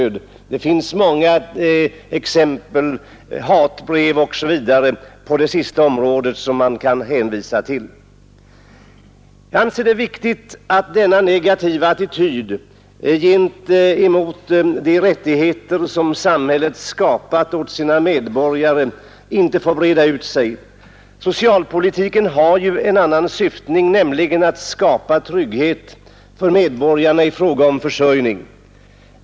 På det sista området finns det många exempel att hänvisa till — jag tänker på hatbrev och liknande. Jag anser det viktigt att dessa negativa attityder till dem som behöver ta i anspråk de rättigheter som samhället skapat åt sina medborgare inte får breda ut sig. Syftet med socialpolitiken är ju att skapa trygghet för medborgarna i fråga om försörjningen.